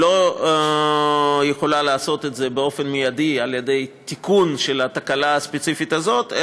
היא לא יכולה לעשות זאת באופן מיידי על-ידי תיקון התקלה הספציפית הזאת,